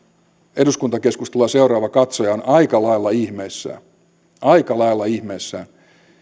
eduskuntakeskustelua seuraava katsoja on aika lailla ihmeissään aika lailla ihmeissään